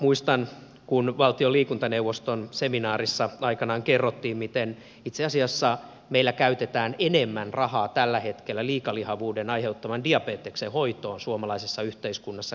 muistan kun valtion liikuntaneuvoston seminaarissa aikanaan kerrottiin miten itse asiassa suomalaisessa yhteiskunnassa käytetään tällä hetkellä enemmän rahaa liikalihavuuden aiheuttaman diabeteksen hoitoon kuin liikuntaan